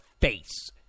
face